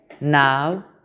Now